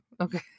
Okay